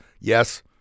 yes